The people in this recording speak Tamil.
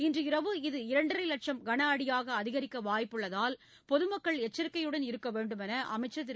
இன்று இரவு இது இரண்டரை லட்சும் கனஅடியாக அதிகரிக்க வாய்ப்புள்ளதால் பொதுமக்கள் எச்சரிக்கையுடன் இருக்க வேண்டுமென்று அமைச்சர் திரு